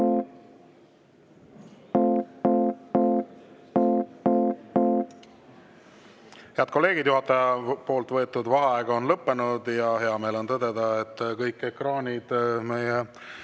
Head kolleegid! Juhataja võetud vaheaeg on lõppenud ja hea meel on tõdeda, et kõik ekraanid meie